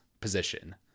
position